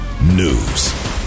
News